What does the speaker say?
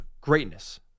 greatness